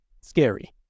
scary